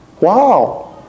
Wow